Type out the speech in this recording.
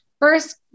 first